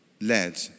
led